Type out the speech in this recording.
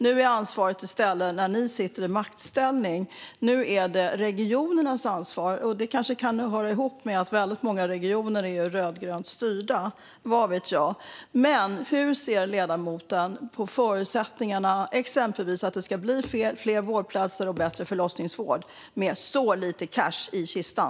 Nu när ni sitter i maktställning är det i stället regionernas ansvar. Det kanske kan höra ihop med att väldigt många regioner är rödgrönt styrda, vad vet jag. Men hur ser ledamoten på förutsättningarna för att det exempelvis ska bli fler vårdplatser och bättre förlossningsvård med så lite cash i kistan?